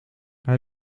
hij